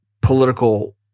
political